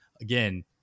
again